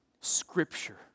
scripture